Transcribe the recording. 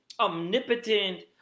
omnipotent